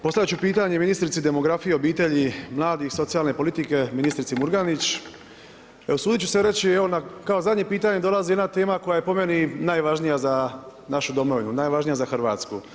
Postaviti ću pitanje ministrici demografije, obitelji, mladih i socijalne politike, ministrici Murganić, usuditi ću se reći i kao na zadnje pitanje dolazi nam jedna tema koja je, po meni, najvažnija za našu domovinu, najvažnija za Hrvatsku.